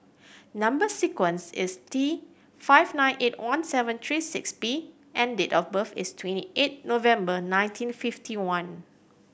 number sequence is T five nine eight one seven three six P and date of birth is twenty eight November nineteen fifty one